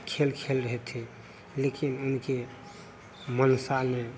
खेल खेल रहे थे लेकिन उनके मंशा में